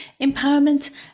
empowerment